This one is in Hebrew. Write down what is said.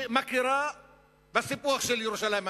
שמכירה בסיפוח של ירושלים המזרחית.